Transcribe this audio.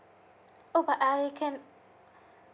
oh but I can